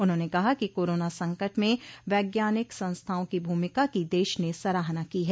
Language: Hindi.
उन्होंने कहा कि कोरोना संकट में वैज्ञानिक संस्थाओं की भूमिका की देश ने सराहना की है